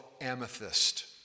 amethyst